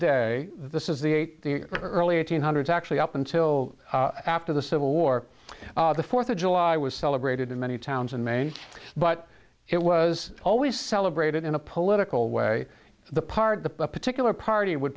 day this is the eight early eight hundred actually up until after the civil war the fourth of july was celebrated in many towns in maine but it was always celebrated in a political way the part that particular party would